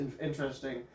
interesting